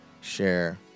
share